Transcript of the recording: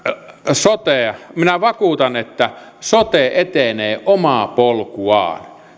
soteen minä vakuutan että sote etenee omaa polkuaan